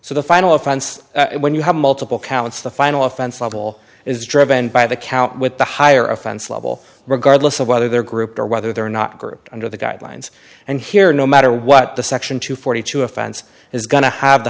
so the final offense when you have multiple counts the final offense level is driven by the count with the higher offense level regardless of whether they're group or whether they're not grouped under the guidelines and here no matter what the section two forty two offense is going to have the